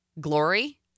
glory